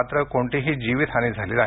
मात्र कोणतीही जीवितहानी झाली नाही